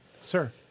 Sir